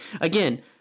again